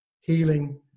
healing